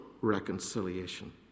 reconciliation